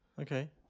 okay